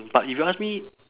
but if you ask me